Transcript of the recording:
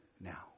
now